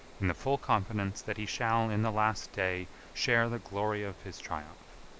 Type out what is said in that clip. in the full confidence that he shall, in the last day, share the glory of his triumph.